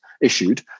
issued